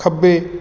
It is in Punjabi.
ਖੱਬੇ